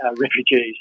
refugees